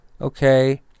Okay